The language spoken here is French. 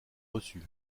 reçus